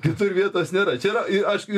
kitur vietos nėra čia yra ir aišku